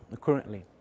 currently